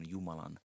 Jumalan